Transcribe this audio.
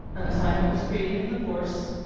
an assignment was created in the course.